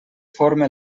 forme